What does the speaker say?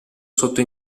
sotto